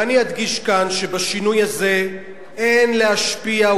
ואני אדגיש כאן שלשינוי הזה אין השפעה,